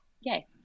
yay